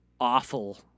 awful